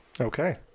okay